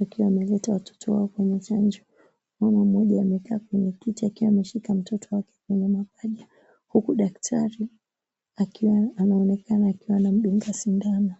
wakiwa wameleta watoto wao kwenye chanjo. Mama amekaa kwenye kiti akiwa ameshika mtoto wake kwenye mapaja, huku daktari, akiwa anaonekana akiwa anamdunga sindano.